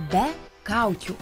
be kaukių